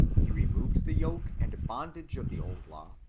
he removed the yoke and bondage of the old law,